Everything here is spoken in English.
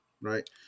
right